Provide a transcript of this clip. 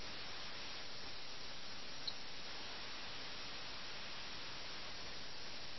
അതുകൊണ്ട് ഈ മനഃശാസ്ത്രപരമായ ക്ലൈമാക്സ് നാം ചിന്തിക്കേണ്ട പല കാര്യങ്ങളും ചൂണ്ടിക്കാട്ടുന്നു